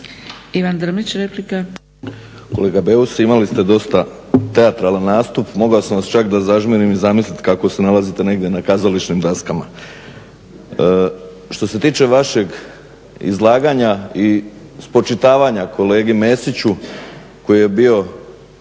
Ivan (HDSSB)** Kolega Beus, imali ste dosta teatralan nastup, mogao sam vas, da zažmirim, zamisliti kako se nalazite negdje na kazališnim daskama. Što se tiče vašeg izlaganja i spočitavanja kolegi Mesiću koji je bio